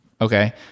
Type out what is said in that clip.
Okay